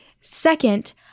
Second